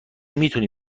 میتونی